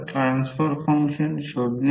तर time varying ∅ ∅max sin t